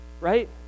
right